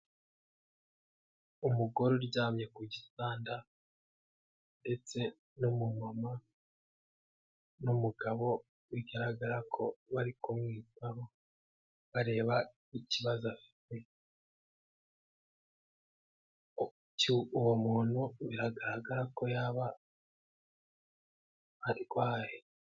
Umugore uryamye ku gitanda ndetse n'umumama n'umugabo, bigaragara ko bari kumwitaho bareba ikibazo afite, uwo muntu biragaragara ko yaba arwaye.